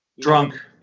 Drunk